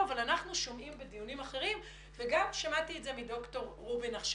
אנחנו שומעים בדיונים אחרים וגם שמעתי את זה מדוקטור רובין עכשיו.